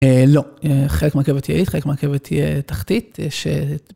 אה... לא, אה... חלק מהרכבת תהיה עילית, חלק מהרכבת תהיה תחתית... ש...